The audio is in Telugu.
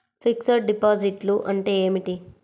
ఫిక్సడ్ డిపాజిట్లు అంటే ఏమిటి?